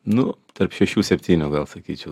nu tarp šešių septynių gal sakyčiau